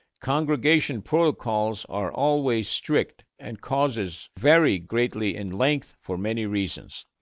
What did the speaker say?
congregation protocols are always strict and causes vary greatly in length for many reasons.